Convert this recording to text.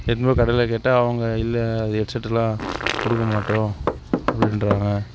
எடுத்துகிட்டு போய் கடையில் கேட்டால் அவங்க இல்லை அது ஹெட் செட்டுலாம் கொடுக்க மாட்டோம் அப்படின்றாங்க